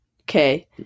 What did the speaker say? Okay